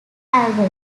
album